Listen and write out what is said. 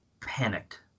panicked